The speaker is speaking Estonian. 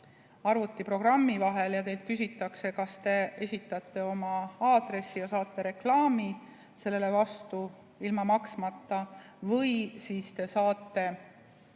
arvutiprogrammide vahel ja teilt küsitakse, kas te esitate oma aadressi ja saate reklaami sellele vastu ilma maksmata või siis te maksate selle